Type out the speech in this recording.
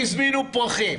שהזמינו פרחים,